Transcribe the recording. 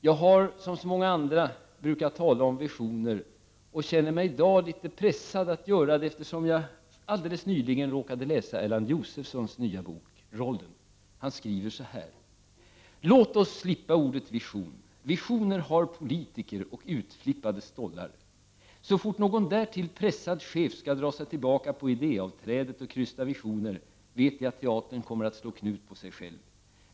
Jag har som många andra brukat tala om visioner, men jag känner mig i dag litet pressad att göra det eftersom jag alldeles nyligen råkade läsa Erland Josephsons nya bok Roller. Han skriver så här: ”Låt oss slippa ordet vision! Visioner har politiker och utflippade stollar. Så fort någon därtill pressad chef skall dra sig tillbaka på idéavträdet och krysta visioner vet jag att teatern kommer att slå knut på sig själv.